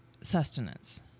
sustenance